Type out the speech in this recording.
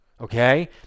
okay